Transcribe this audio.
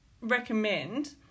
recommend